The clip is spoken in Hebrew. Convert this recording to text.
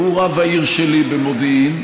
הוא רב העיר שלי, מודיעין.